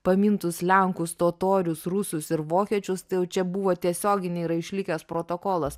pamintus lenkus totorius rusus ir vokiečius tai jau čia buvo tiesioginė yra išlikęs protokolas